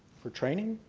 for training?